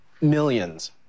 Millions